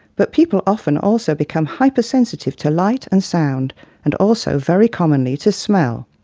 but people often also become hypersensitive to light and sound and also, very commonly, to smell.